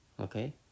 Okay